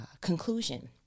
conclusion